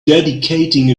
dedicating